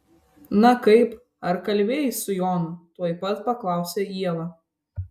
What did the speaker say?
na kaip ar kalbėjai su jonu tuoj pat paklausė ieva